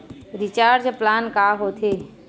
Recharge plan का होथे?